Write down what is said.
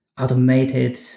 automated